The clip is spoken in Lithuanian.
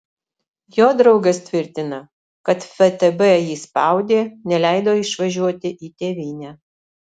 jo draugas tvirtina kad ftb jį spaudė neleido išvažiuoti į tėvynę